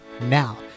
Now